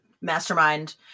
mastermind